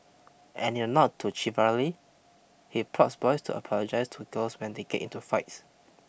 and in a nod to chivalry he prods boys to apologise to girls when they get into fights